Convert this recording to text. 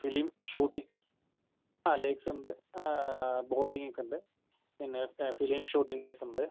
film shooting ആ lakes ഉണ്ട് boating ഒക്കെ ഉണ്ട് പിന്നെ ഫിലിം ഷൂട്ടിംഗ് പ്ലേസ് ഉണ്ട്